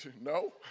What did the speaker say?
No